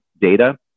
data